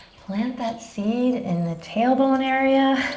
plant that seed in the tailbone area,